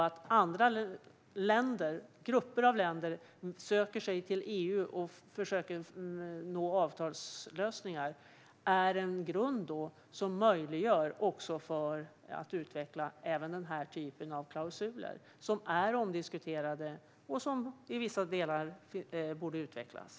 Att andra länder och grupper av länder söker sig till EU och försöker nå avtalslösningar är en grund som möjliggör för en utveckling av även denna typ av klausuler som är omdiskuterade och som i vissa delar borde utvecklas.